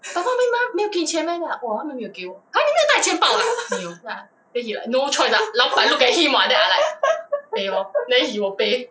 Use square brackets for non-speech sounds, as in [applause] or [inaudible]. [laughs] [laughs]